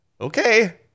okay